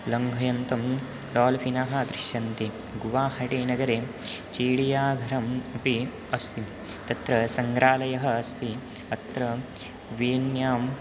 लङ्घयन्तं डाल्फ़िनः दृश्यन्ते गुवाहाटीनगरे चीडियाघरम् अपि अस्ति तत्र सङ्ग्रालयः अस्ति अत्र वेण्यां